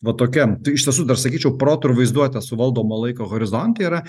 va tokiam iš tiesų dar sakyčiau protu ir vaizduote suvaldomo laiko horizonte yra